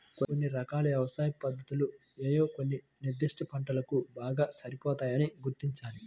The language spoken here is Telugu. కొన్ని రకాల వ్యవసాయ పద్ధతులు ఏవో కొన్ని నిర్దిష్ట పంటలకు బాగా సరిపోతాయని గుర్తించాలి